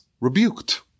rebuked